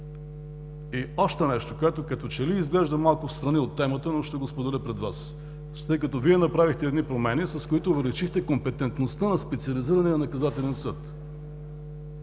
И още нещо, което като че ли изглежда малко встрани от темата, но ще го споделя пред Вас, тъй като Вие направихте едни промени, с които увеличихте компетентността на Специализирания наказателен съд